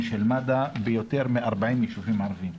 של מד"א ביותר מ-40 ישובים ערביים.